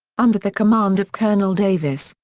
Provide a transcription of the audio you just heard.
under the command of colonel davis,